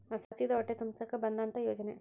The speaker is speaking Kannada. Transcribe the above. ಹಸಿದ ಹೊಟ್ಟೆ ತುಂಬಸಾಕ ಬಂದತ್ತ ಯೋಜನೆ